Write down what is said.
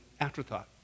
afterthought